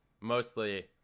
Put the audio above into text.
mostly